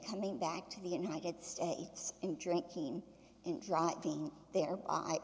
coming back to the united states and drinking and driving there